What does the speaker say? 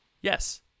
Yes